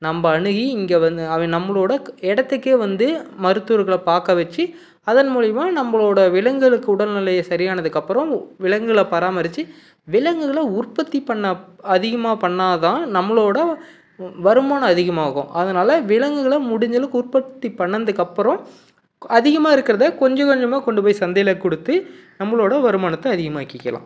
நம்ம அணுகி இங்கே வந்து அவங்க நம்மளோட இடத்துக்கே வந்து மருத்துவர்களை பார்க்க வைச்சி அதன் மூலிமா நம்மளோட விலங்குகளுக்கு உடல்நிலை சரியானதுக்கு அப்புறம் விலங்குகளை பராமரித்து விலங்குகளை உற்பத்தி பண்ண அதிகமாக பண்ணால் தான் நம்மளோட வருமானம் அதிகமாகும் அதனால விலங்குகளை முடிஞ்ச அளவுக்கு உற்பத்தி பண்ணணுதுக்கு அப்புறம் அதிகமாக இருக்கிறத கொஞ்சம் கொஞ்சமாக கொண்டு போய் சந்தையில் கொடுத்து நம்மளோட வருமானத்தை அதிகமாக்கிக்கலாம்